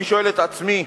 אני שואל את עצמי: